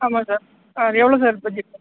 ஆமாம் சார் அது எவ்வளோ சார் பட்ஜட்